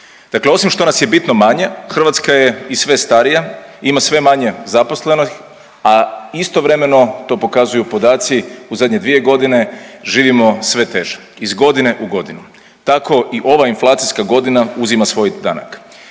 Dakle, osim što nas je bitno manje Hrvatska je i sve starija, ima sve manje zaposlenih, a istovremeno to pokazuju podaci u zadnje dvije godine živimo sve teže iz godine u godinu, tako i ova inflacijska godina uzima svoj danak.